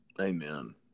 Amen